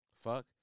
Fuck